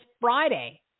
Friday